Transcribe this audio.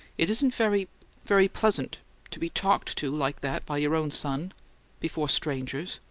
it isn't very very pleasant to be talked to like that by your own son before strangers!